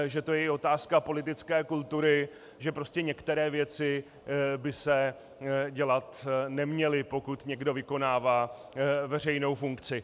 Že to je i otázka politické kultury, že prostě některé věci by se dělat neměly, pokud někdo vykonává veřejnou funkci.